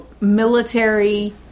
military